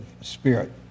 spirit